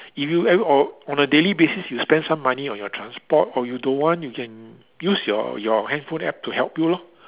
if you end or on a daily basis you spend some money on your transport or you don't want you can use your your handphone App to help you lor